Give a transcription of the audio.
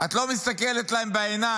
את לא מסתכלת להם בעיניים,